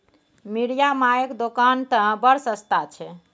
मिरिया मायक दोकान तए बड़ सस्ता छै